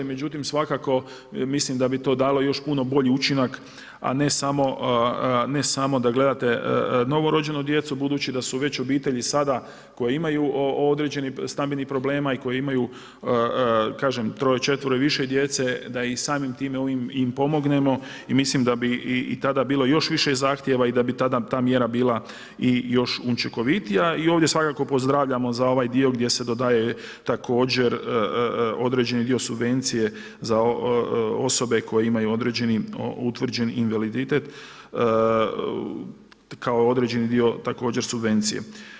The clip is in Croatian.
Međutim, svakako mislim da bi to dalo još puno bolji učinak, a ne samo da gledate novorođenu djecu, budući da su već obitelji sada koje imaju određenih stambenih problema i koje imaju kažem, troje, četvero i više djece da ih samim time ovim im pomognemo i mislim da bi i tada bilo još više zahtjeva i da bi tada ta mjera bila i još učinkovitija i ovdje svakako pozdravljamo za ovaj dio gdje se dodaje također određeni dio subvencije za osobe koje imaju određeni utvrđeni invaliditet kao određeni dio također subvencije.